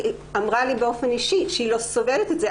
היא אמרה לי באופן אישי שהיא לא סובלת את זה.